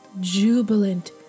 jubilant